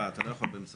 אתה לא יכול באמצע